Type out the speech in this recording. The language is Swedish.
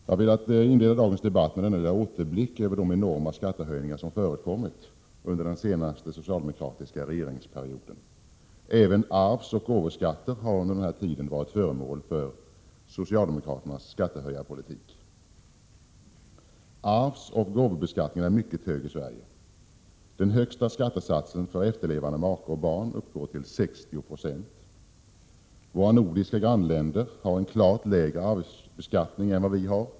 Jag har velat inleda dagens debatt med denna lilla återblick över de enorma skattehöjningar som förekommit under den senaste socialde — Prot. 1987/88:90 mokratiska regeringsperioden. Även arvsoch gåvoskatter har under den här 23 mars 1988 tiden varit föremål för socialdemokraternas skattehöjarpolitik. Arvsoch gåvobeskattningen är mycket hög i Sverige. Den högsta 3 skattesatsen för efterlevande make och barn uppgår till 60 20. Våra nordiska Ng grannländer har en klart lägre arvsskatt än vad vi har.